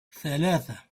ثلاثة